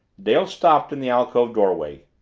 dale stopped in the alcove doorway.